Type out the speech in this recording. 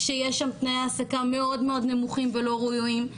שיש שם תנאי העסקה מאוד נמוכים ולא ראויים,